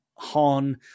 han